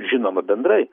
žinoma bendrai